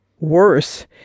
Worse